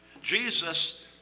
Jesus